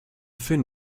fin